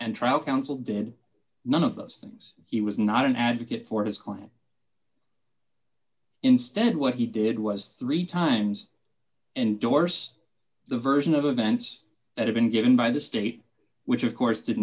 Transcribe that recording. and trial counsel did none of those things he was not an advocate for his client instead what he did was three times and dorce the version of events that have been given by the state which of course did